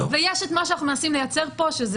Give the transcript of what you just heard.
ויש את מה שאנחנו מנסים לייצר פה.